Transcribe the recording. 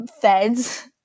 feds